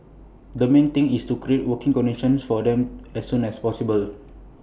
the main thing is to create working conditions for them as soon as possible